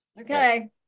Okay